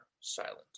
silent